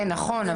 נכון,